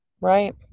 Right